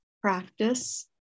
practice